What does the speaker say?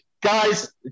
Guys